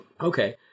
okay